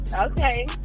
okay